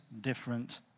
different